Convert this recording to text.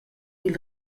dil